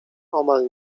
omal